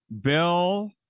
Bill